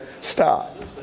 stop